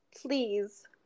please